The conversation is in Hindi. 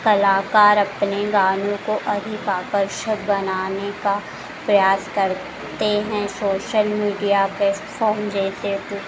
कलाकार अपने गानों को अधिक आकर्षक बनाने का प्रयास करते हैं सोशल मीडिया प्लेटफॉर्म जैसे टू